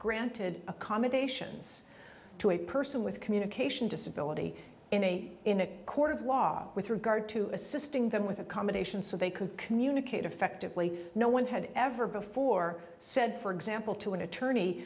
granted accommodations to a person with communication disability in a in a court of law with regard to assisting them with accommodation so they could communicate effectively no one had ever before said for example to an attorney